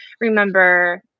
remember